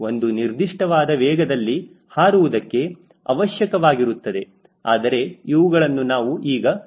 ಒಂದು ನಿರ್ದಿಷ್ಟವಾದ ವೇಗದಲ್ಲಿ ಹಾರುವುದಕ್ಕೆ ಅವಶ್ಯಕವಾಗಿರುತ್ತದೆ ಆದರೆ ಅವುಗಳನ್ನು ನಾವು ಈಗ ಚರ್ಚಿಸುವುದಿಲ್ಲ